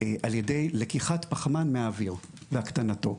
על ידי לקיחת פחמן מהאוויר והקטנתו.